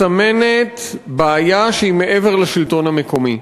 מסמנת בעיה שהיא מעבר לשלטון המקומי.